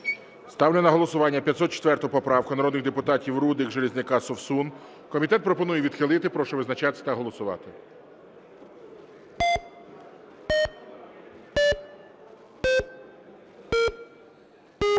Ставлю на голосування 504 поправку народних депутатів Рудик, Железняка, Совсун. Комітет пропонує відхилити. Прошу визначатись та голосувати.